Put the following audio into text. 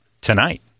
tonight